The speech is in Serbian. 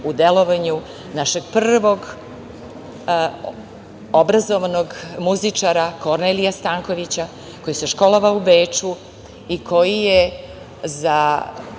u delovanju našeg prvog obrazovanog muzičara Kornelija Stankovića, koji se školovao u Beču i koji je za